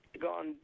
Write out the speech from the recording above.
gone